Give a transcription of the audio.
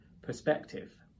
perspective